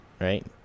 right